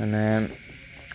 মানে